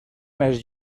més